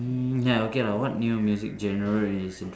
mm ya okay lah what new music general are you listening